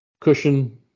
cushion